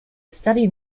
studied